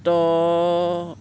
দহ